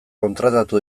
kontratatu